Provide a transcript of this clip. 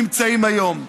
נמצאים בהן היום.